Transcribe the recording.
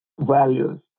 values